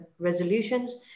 resolutions